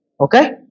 Okay